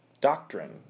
doctrine